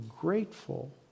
grateful